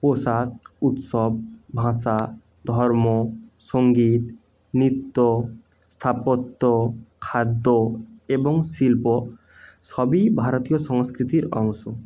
পোষাক উৎসব ভাষা ধর্ম সংগীত নৃত্য স্থাপত্য খাদ্য এবং শিল্প সবই ভারতীয় সংস্কৃতির অংশ